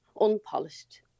unpolished